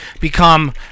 become